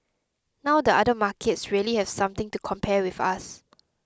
now the other markets really have something to compare with us